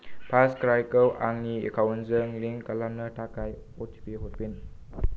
फार्स्टक्राइखौ आंनि एकाउन्टजों लिंक खालामनो थाखाय अटिपि हरफिन